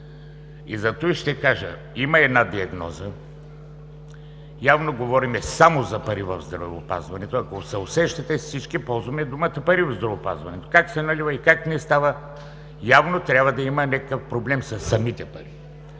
Затова ще кажа: има една диагноза. Явно говорим само за пари в здравеопазването. Ако усещате, всички ползваме думата „пари“ в здравеопазването – как се налива и как не става. Явно трябва да има някакъв проблем със самите пари.